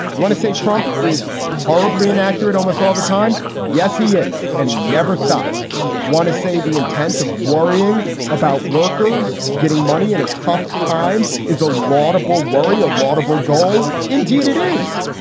you want to say trump is horribly inaccurate almost all the time? yes, he is. and he never stops one to say the intent of worrying about workers getting money in a tough time is a laudable worry, a laudable goal. indeed it is.